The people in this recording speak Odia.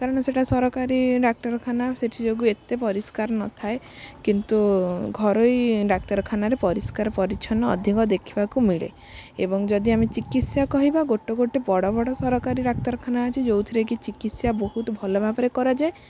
କାରଣ ସେଇଟା ସରକାରୀ ଡାକ୍ତରଖାନା ସେଥିଯୋଗୁଁ ଏତେ ପରିସ୍କାର ନଥାଏ କିନ୍ତୁ ଘରୋଇ ଡାକ୍ତରଖାନାରେ ପରିସ୍କାର ପରିଚ୍ଛନ ଅଧିକ ଦେଖିବାକୁ ମିଳେ ଏବଂ ଯଦି ଆମେ ଚିକିତ୍ସା କହିବା ଗୋଟେ ଗୋଟେ ବଡ଼ ବଡ଼ ସରକାରୀ ଡାକ୍ତରଖାନା ଅଛି ଯେଉଁଥିରେ କି ଚିକିତ୍ସା ବହୁତ ଭଲ ଭାବରେ କରାଯାଏ